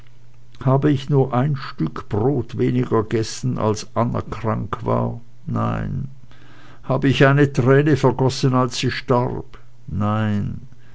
habe ich nur ein stück brot weniger gegessen als anna krank war nein habe ich eine träne vergossen als sie starb nein